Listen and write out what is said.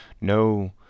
No